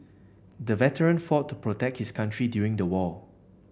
the veteran fought to protect his country during the war